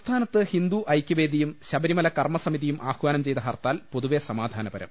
സംസ്ഥാനത്ത് ഹിന്ദുഐകൃവേദിയും ശബരിമല കർമസമിതിയും ആഹ്വാനം ചെയ്ത ഹർത്താൽ പൊതുവെ സമാധാനപരം